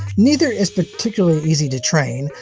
neither is particularly easy to train,